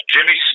Jimmy